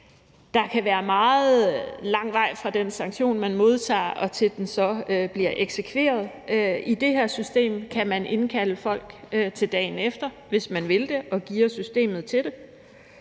Der kan være meget lang vej, fra man modtager en sanktion, til den så bliver eksekveret. I det her system kan man indkalde folk til dagen efter, hvis man vil det og gearer systemet til det.